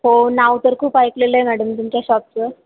हो नाव तर खूप ऐकलेलं आहे मॅडम तुमच्या शॉपचं